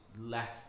left